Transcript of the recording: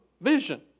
vision